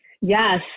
Yes